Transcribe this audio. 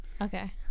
Okay